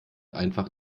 einfach